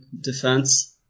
defense